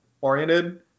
oriented